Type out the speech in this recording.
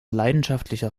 leidenschaftlicher